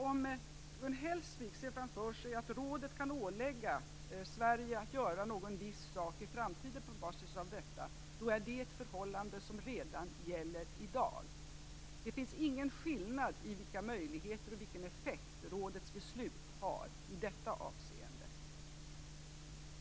Om Gun Hellsvik ser framför sig att rådet kan ålägga Sverige att göra någon viss sak i framtiden på basis av detta, är det ett förhållande som redan gäller i dag. Det finns ingen skillnad i vilka möjligheter och vilken effekt rådets beslut har i detta avseende.